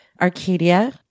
Arcadia